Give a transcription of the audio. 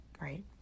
right